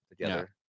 together